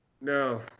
No